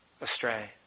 astray